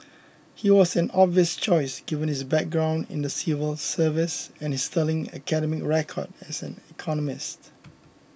he was an obvious choice given his background in the civil service and his sterling academic record as an economist